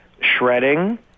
Shredding